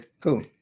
cool